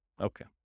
Okay